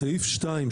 סעיף 2,